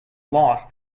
loss